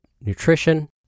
nutrition